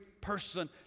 person